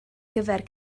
gyfer